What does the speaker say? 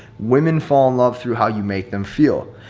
women fall in love through how you make them feel.